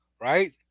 right